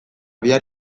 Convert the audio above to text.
bihar